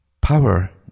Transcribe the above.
Power